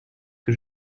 que